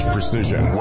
Precision